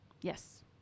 Yes